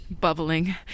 Bubbling